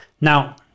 Now